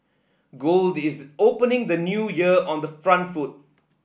gold is opening the New Year on the front foot